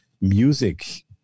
music